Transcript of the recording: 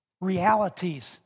realities